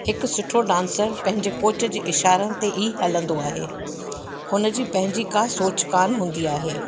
हिकु सुठो डांसर पंहिंजे कोच जे इशारनि ते ई हलंदो आहे हुन जी पंहिंजी का सोच कोन हूंदी आहे